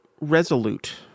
resolute